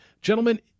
gentlemen